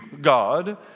God